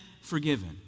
forgiven